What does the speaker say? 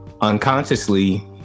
unconsciously